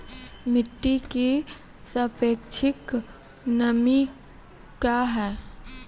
मिटी की सापेक्षिक नमी कया हैं?